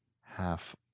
half